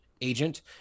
agent